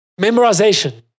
memorization